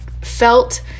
felt